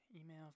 email